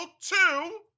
two